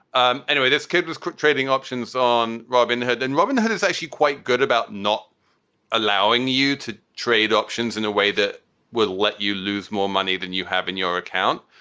um anyway, this kid was quick trading options on robin hood. and robin hood is actually quite good about not allowing you to trade options in a way that would let you lose more money than you have in your account.